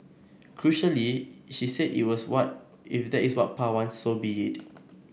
crucially she said it is what if that is what Pa wants so be it